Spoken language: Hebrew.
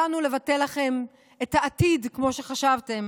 באנו לבטל לכם את העתיד כמו שחשבתם